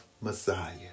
Messiah